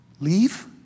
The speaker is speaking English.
Leave